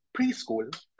preschool